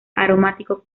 aromático